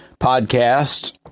podcast